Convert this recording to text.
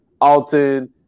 Alton